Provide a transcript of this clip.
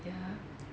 ya